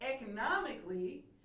economically